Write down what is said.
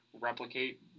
replicate